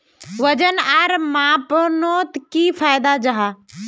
वजन आर मापनोत की फायदा जाहा?